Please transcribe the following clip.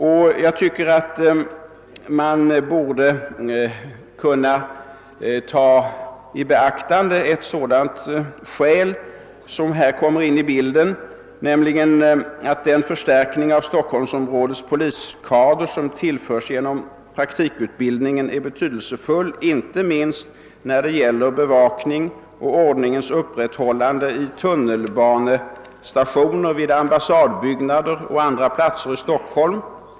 Och jag tycker att man borde kunna ta i beaktande ett sådant skäl som att den förstärkning av Stockholmsområdets poliskader som sker genom praktikutbildningen är betydelsefull inte minst när det gäller bevakningen och ordningens upprätthållande i tunnelbanestationer, vid ambassadbyggnader och på andra platser i Stockholm.